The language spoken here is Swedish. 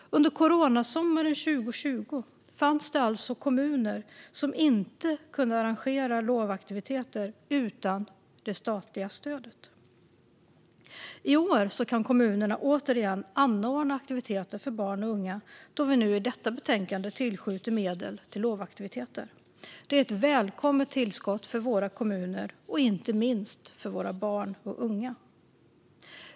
Under coronasommaren 2020 fanns det alltså kommuner som inte kunde arrangera lovaktiviteter utan det statliga stödet. I år kan kommunerna återigen anordna aktiviteter för barn och unga, då vi i och med detta betänkande tillskjuter medel till lovaktiviteter. Det är ett välkommet tillskott för våra kommuner och inte minst för våra barn och unga.